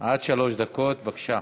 עד שלוש דקות, בבקשה.